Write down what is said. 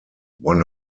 one